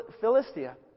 Philistia